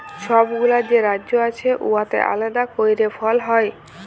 ছব গুলা যে রাজ্য আছে উয়াতে আলেদা ক্যইরে ফল হ্যয়